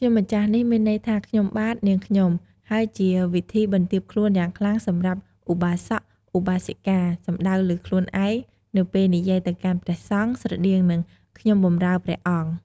ខ្ញុំម្ចាស់នេះមានន័យថា "ខ្ញុំបាទ នាងខ្ញុំ" ហើយជាវិធីបន្ទាបខ្លួនយ៉ាងខ្លាំងសម្រាប់ឧបាសក ឧបាសិកា សំដៅលើខ្លួនឯងនៅពេលនិយាយទៅកាន់ព្រះសង្ឃ ស្រដៀងនឹង "ខ្ញុំបម្រើព្រះអង្គ"។